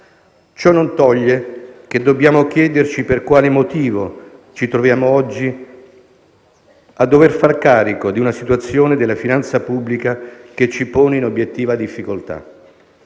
Ciò non toglie che dobbiamo chiederci per quale motivo ci troviamo oggi a doverci far carico di una situazione della finanza pubblica che ci pone in obiettiva difficoltà.